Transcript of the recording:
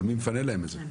אבל מי מפנה להם את זה?